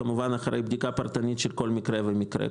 כמובן אחרי בדיקה פרטנית של כל מקרה ומקרה.